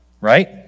right